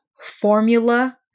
formula